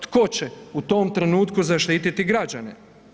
Tko će u tom trenutku zaštititi građane?